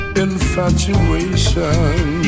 infatuation